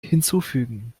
hinzufügen